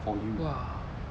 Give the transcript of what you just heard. !wah!